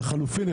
לחלופים,